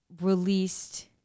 released